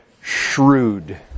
shrewd